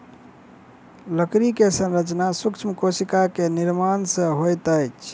लकड़ी के संरचना सूक्ष्म कोशिका के निर्माण सॅ होइत अछि